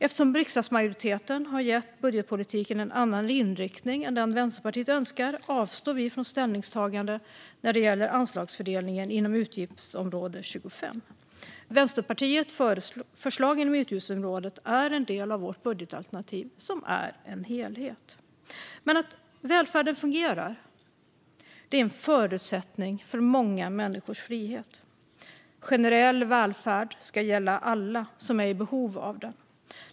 Eftersom riksdagsmajoriteten har gett budgetpolitiken en annan inriktning än den som Vänsterpartiet önskar avstår vi från ställningstagande när det gäller anslagsfördelningen inom utgiftsområde 25. Vänsterpartiets förslag inom utgiftsområdet är en del av vårt budgetalternativ som är en helhet. Att välfärden fungerar är en förutsättning för många människors frihet. Generell välfärd ska gälla alla som är i behov av den.